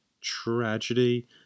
tragedy